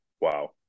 wow